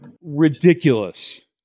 ridiculous